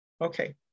Okay